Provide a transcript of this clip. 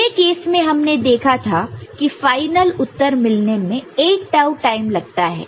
पहले केस में हमने देखा था कि फाइनल उत्तर रिजल्ट result मिलने में 8 टाऊ टाइम लगता था